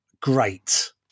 great